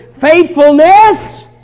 faithfulness